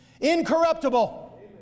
incorruptible